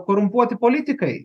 korumpuoti politikai